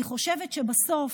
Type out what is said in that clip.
אני חושבת שבסוף,